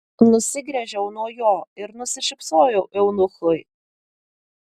nusigręžiau nuo jo ir nusišypsojau eunuchui